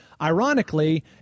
ironically